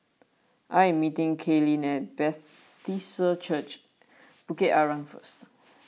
I am meeting Kaylyn at Church Bukit Arang first